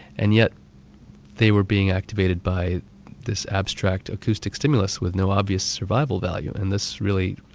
and yet they were being activated by this abstract acoustic stimulus with no obvious survival value. and this really